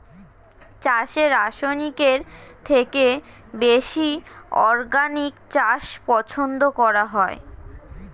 চাষে রাসায়নিকের থেকে বেশি অর্গানিক চাষ পছন্দ করা হয়